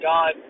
God